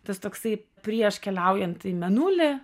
tas toksai prieš keliaujant į mėnulį